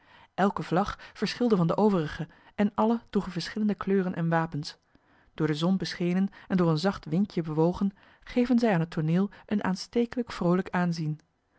elke vlag verschilde van de overige en alle droegen verschillende kleuren en wapens door de zon beschenen en door een zacht windje licht bewogen geven zij aan het tooneel een aanstekelijk vroolijk aanzien